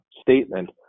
statement